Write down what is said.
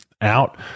out